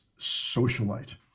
socialite